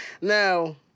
Now